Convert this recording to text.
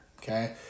okay